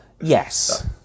yes